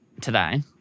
today